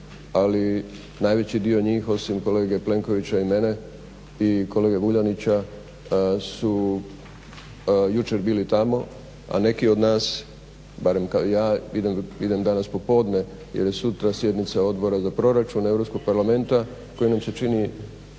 Ali najveći dio njih osim kolege Plenkovića i mene i kolege Vuljanića su jučer bili tamo, a neki od nas barem kao ja idem danas popodne jer je sutra sjednica Odbora za proračun Europskog parlamenta koji nam se čini